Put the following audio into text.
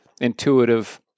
intuitive